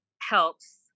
helps